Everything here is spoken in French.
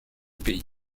pays